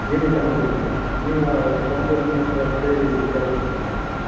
ಏನು ತೊಗೊಂಡಿಲ್ಲ ನೀವು ಬಂದು ನಿಮ್ಮ ಹತ್ರ ಕೇಳಿ ತಗುದ್ಕೊಳ್ಳೋಣ ಅಂತ